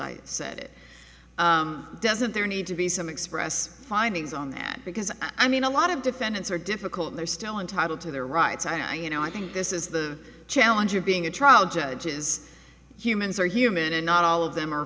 it doesn't there need to be some express findings on that because i mean a lot of defendants are difficult they're still entitled to their rights i you know i think this is the challenge of being a trial judge is humans are human and not all of them are